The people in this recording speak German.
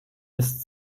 ist